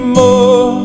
more